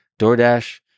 DoorDash